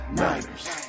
niners